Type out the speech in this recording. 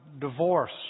divorce